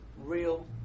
real